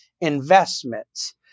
investments